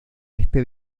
este